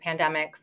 pandemics